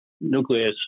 nucleus